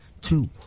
two